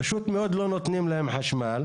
פשוט מאוד לא נותנים להם חשמל,